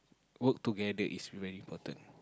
work together is very important